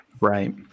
right